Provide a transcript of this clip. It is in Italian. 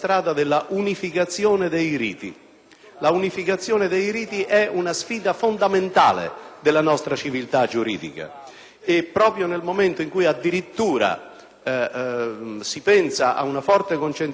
L'unificazione dei riti è una sfida fondamentale della nostra civiltà giuridica e proprio nel momento in cui addirittura si pensa ad una forte concentrazione tra il civile e l'amministrativo,